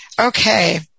okay